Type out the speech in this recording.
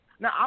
Now